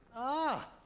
ah!